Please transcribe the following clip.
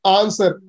answer